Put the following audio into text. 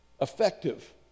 effective